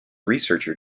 researcher